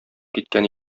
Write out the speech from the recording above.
киткән